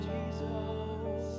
Jesus